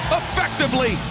effectively